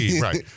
right